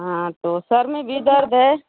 हाँ तो सिर में भी दर्द है